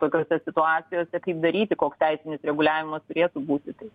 tokiose situacijose kaip daryti koks teisinis reguliavimas turėtų būti tai